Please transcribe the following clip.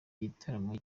igitaramo